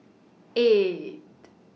eight